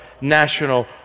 National